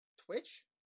twitch